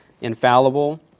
infallible